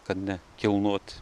kad ne kilnot